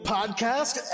Podcast